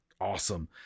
Awesome